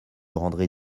rendrait